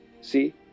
See